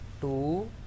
two